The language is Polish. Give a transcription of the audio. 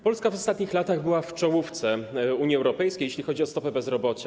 Polska w ostatnich latach była w czołówce Unii Europejskiej, jeśli chodzi o stopę bezrobocia.